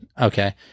Okay